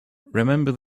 remember